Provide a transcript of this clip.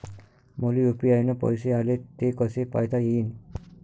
मले यू.पी.आय न पैसे आले, ते कसे पायता येईन?